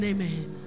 Amen